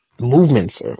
Movements